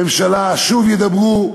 בממשלה שוב ידברו,